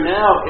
now